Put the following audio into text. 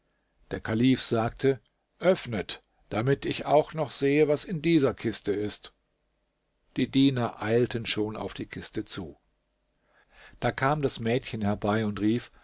der kalif sagte öffnet damit ich auch noch sehe was in dieser kiste ist die diener eilten schon auf die kiste zu da kam das mädchen herbei und rief